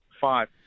Five